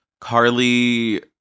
Carly